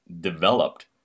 developed